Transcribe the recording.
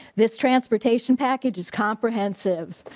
this transportation package is comprehensive.